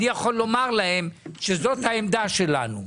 אני יכול לומר להם שזו העמדה שלנו,